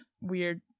weird